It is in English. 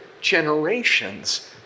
generations